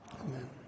Amen